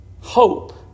Hope